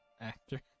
Actor